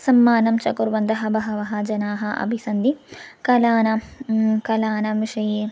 सम्मानं च कुर्वन्तः बहवः जनाः अपि सन्ति कलानां कलानां विषये